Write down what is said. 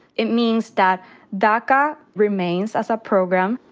it means that daca remains as a program.